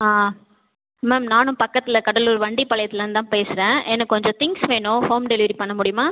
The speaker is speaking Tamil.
ஆ மேம் நானும் பக்கத்தில் கடலூர் வண்டிப்பாளையத்துலேருந்து தான் பேசுகிறேன் எனக்கு கொஞ்சம் திங்க்ஸ் வேணும் ஹோம் டெலிவரி பண்ண முடியுமா